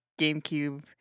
GameCube